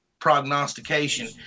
prognostication